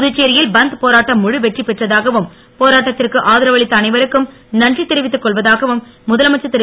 புதுச்சேரியில் பந்த் போராட்டம் முழு வெற்றி பெற்றதாகவும் போராட்டத்திற்கு ஆதரவளித்த அனைவருக்கும் நன்றி தெரிவித்து கொள்வதாகவும் முதலமைச்சர் திரு